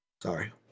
Sorry